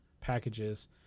packages